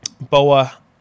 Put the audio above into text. Boa